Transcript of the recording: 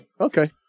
Okay